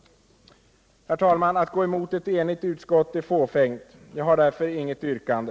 Herr talman! Att gå emot ett enigt utskott är fåfängt. Jag har därför inget yrkande.